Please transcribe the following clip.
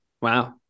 Wow